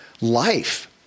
life